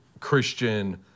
Christian